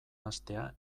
hastea